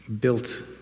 built